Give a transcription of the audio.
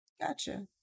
Gotcha